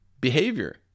behavior